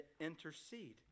intercede